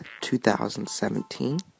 2017